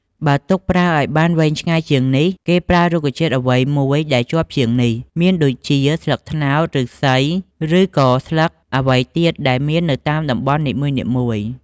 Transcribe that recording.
បើទុកប្រើឲ្យបានវែងឆ្ងាយជាងនេះ គេប្រើរុក្ខជាតិអ្វីមួយដែលជាប់ជាងនេះមានដូចជាស្លឹកត្នោត, ឫស្សី ឬក៏ស្លឹកអ្វីទៀតដែលមាននៅតាមតំបន់នីមួយៗ។